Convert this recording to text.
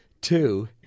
two